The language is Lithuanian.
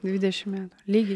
dvidešim metų lygiai